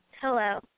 hello